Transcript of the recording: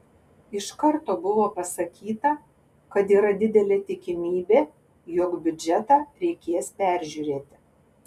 iš karto buvo pasakyta kad yra didelė tikimybė jog biudžetą reikės peržiūrėti